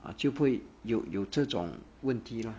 ah 就不会有有这种问题 lah